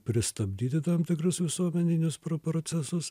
pristabdyti tam tikrus visuomeninius pro procesus